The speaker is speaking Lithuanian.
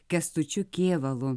kęstučiu kėvalu